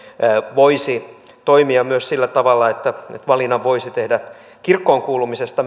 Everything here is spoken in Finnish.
voisi toimia myös sillä tavalla että valinnan kirkkoon kuulumisesta